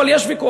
אבל יש ויכוח.